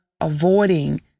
avoiding